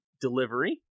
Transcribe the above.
delivery